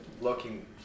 Looking